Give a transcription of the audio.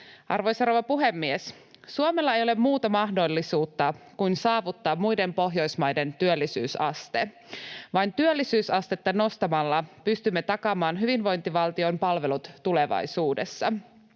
Arvoisa rouva puhemies! Suomella ei ole muuta mahdollisuutta kuin saavuttaa muiden Pohjoismaiden työllisyysaste. Vain työllisyysastetta nostamalla pystymme takaamaan hyvinvointivaltion palvelut tulevaisuudessa.